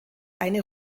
eine